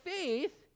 faith